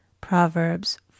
Proverbs